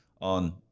on